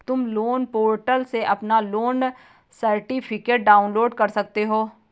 तुम loan portal से अपना लोन सर्टिफिकेट डाउनलोड कर सकते हो